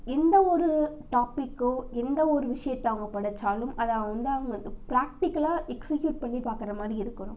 எந்தவொரு டாப்பிக்கோ எந்தவொரு விஷயத்தை அவங்க படைத்தாலும் அதை அவங்க வந்து அவங்க ப்ராக்டிக்கலாக எக்ஸ்க்யூட் பண்ணி பார்க்கறமாரி இருக்கணும்